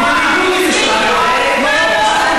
שמשדרת מנ-הי-גות.